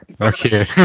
Okay